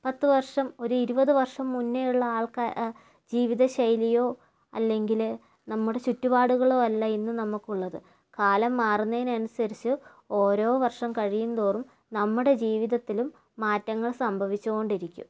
പത്ത് വർഷം ഒരു ഇരുപത് വർഷം മുന്നേയുള്ള ആൾക്കാ ജീവിത ശൈലിയോ അല്ലെങ്കിൽ നമ്മുടെ ചുറ്റുപാടുകളോ അല്ല ഇന്ന് നമുക്കുള്ളത് കാലം മാറുന്നതിനനുസരിച്ച് ഓരോ വർഷം കഴിയുംതോറും നമ്മുടെ ജീവിതത്തിലും മാറ്റങ്ങൾ സംഭവിച്ചുകൊണ്ടിരിക്കും